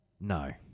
No